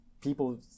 people